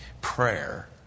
prayer